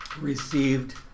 received